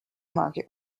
market